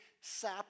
sap